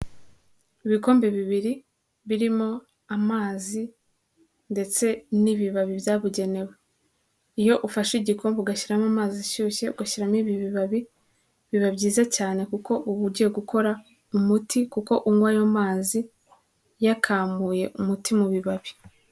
Ibikombe bibiri birimo amazi ndetse n'ibibabi byabugenewe, iyo ufashe igikombe ugashyiramo amazi ashyushye ugashyiramo ibi bibabi biba byiza cyane kuko uba ugiye gukora umuti kuko unywa ayo mazi yakamuye umuti mu bibabi.